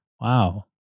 Wow